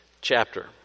chapter